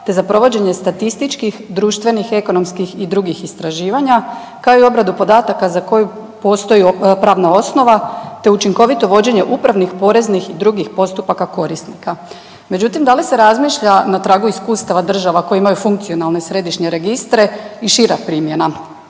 te za provođenje statističkih, društvenih, ekonomskih i drugih istraživanja kao i obradu podataka za koju postoji pravna osnova te učinkovito vođenje upravnih, poreznih i drugih postupaka korisnika. Međutim, da li se razmišlja na tragu iskustava država koji imaju funkcionalne središnje registre i šira primjena?